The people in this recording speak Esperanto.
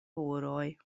horoj